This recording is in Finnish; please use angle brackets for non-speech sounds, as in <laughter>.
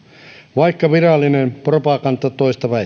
vaikka virallinen propaganda toista <unintelligible>